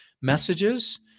messages